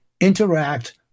interact